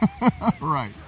Right